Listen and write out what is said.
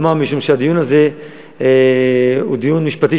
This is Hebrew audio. כי הדיון הזה הוא דיון משפטי,